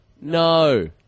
no